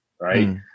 right